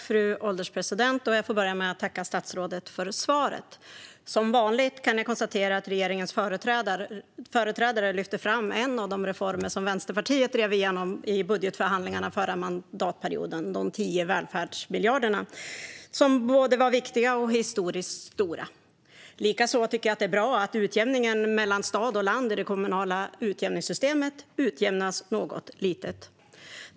Fru ålderspresident! Jag får börja med att tacka statsrådet för svaret. Som vanligt kan jag konstatera att regeringens företrädare lyfter fram en av de reformer som Vänsterpartiet drev igenom i budgetförhandlingarna under förra mandatperioden - de tio välfärdsmiljarderna. Det var både viktigt och historiskt stort. Jag tycker att det är bra att utjämningen mellan stad och land i det kommunala utjämningssystemet förbättras något litet.